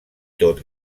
tot